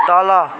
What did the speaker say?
तल